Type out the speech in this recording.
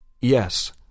Yes